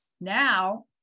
now